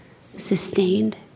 sustained